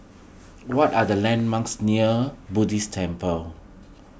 what are the landmarks near Buddhist Temple